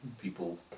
people